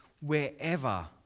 wherever